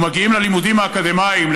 ומגיעים ללימודים האקדמיים,